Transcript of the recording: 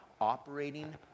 operating